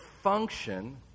function